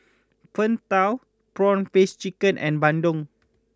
Png Tao Prawn Paste Chicken and Bandung